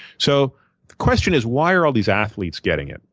so the question is why are all these athletes getting it,